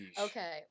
Okay